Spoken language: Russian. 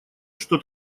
что